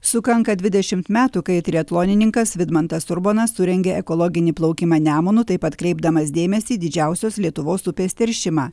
sukanka dvidešim metų kai triatlonininkas vidmantas urbonas surengė ekologinį plaukimą nemunu taip atkreipdamas dėmesį į didžiausios lietuvos upės teršimą